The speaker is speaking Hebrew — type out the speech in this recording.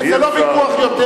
אי-אפשר, חבר הכנסת טיבי, מספיק.